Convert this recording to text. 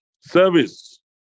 Service